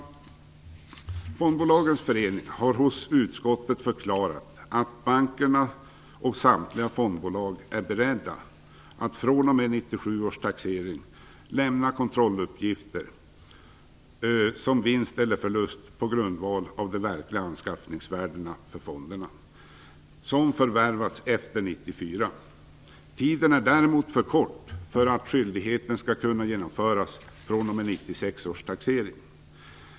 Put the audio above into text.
Fondbolagens förening har hos utskottet förklarat att bankerna och samtliga fondbolag är beredda att fr.o.m. 1997 års taxering lämna kontrolluppgifter om vinst eller förlust på grundval av de verkliga anskaffningsvärdena för fondandelar som förvärvats efter 1994. Tiden är däremot för kort för att skyldigheten skall kunna genomföras fr.o.m. 1996 års taxering.